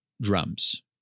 drums